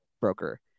broker